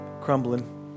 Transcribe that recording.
crumbling